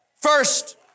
First